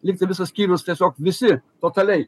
lygtai visas skyrius tiesiog visi totaliai